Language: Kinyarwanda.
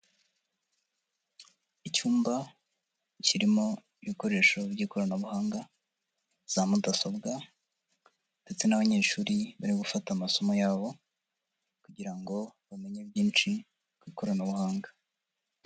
Icyumba kirimo ibikoresho by'ikoranabuhanga, zamudasobwa ndetse n'abanyeshuri bari gufata amasomo yabo kugira ngo bamenye byinshi ku ikoranabuhanga.